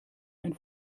ein